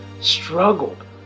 struggled